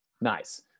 Nice